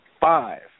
five